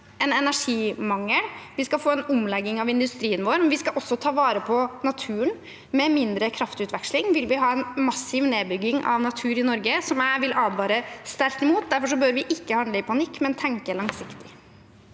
Vi skal løse en energimangel, vi skal få en omlegging av industrien vår, men vi skal også ta vare på naturen. Med mindre kraftutveksling vil vi få en massiv nedbygging av natur i Norge, noe jeg vil advare sterkt mot. Derfor bør vi ikke handle i panikk, men tenke langsiktig.